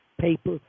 paper